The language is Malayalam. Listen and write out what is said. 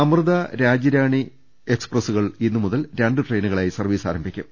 അമൃത രാജൃറാണി എക്സ്പ്രസുകൾ ഇന്നുമുതൽ രണ്ട് ട്രെയി നുകളായി സർവീസ് ആരംഭിക്കും